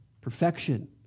perfection